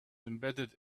embedded